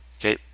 Okay